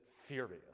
furious